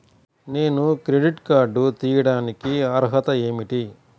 నేను credit card తీయడానికి అర్హత ఏమిటి?